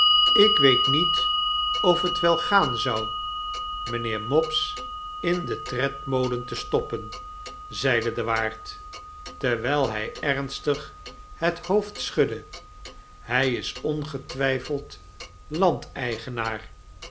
lk weet niet of het wel gaan zou mpheer mopes in den tredmolen te stoppen zeide de waard terwjjl hy ernstig het hoofd schudde hj is ongetwyfeld